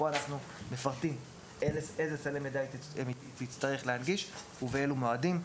כאן אנחנו מפרטים איזה סלי מידע היא תצטרך להנגיש ובאילו מועדים.